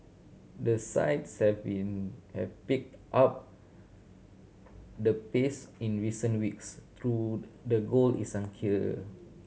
the sides have been have picked up the pace in recent weeks through the goal is unclear